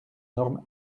normes